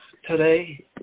Today